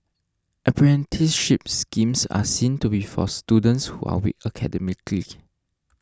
apprenticeship schemes are seen to be for students who are weak academically